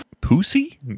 pussy